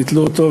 ביטלו אותו,